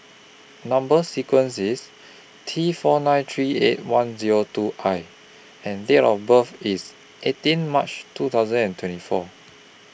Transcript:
Number sequence IS T four nine three eight one Zero two I and Date of birth IS eighteen March two thousand and twenty four